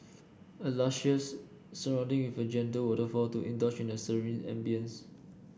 a luscious surrounding with a gentle waterfall to indulge a serene ambience